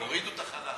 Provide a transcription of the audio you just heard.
הורידו את החלל.